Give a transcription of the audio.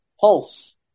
pulse